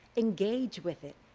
engage with it.